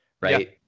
right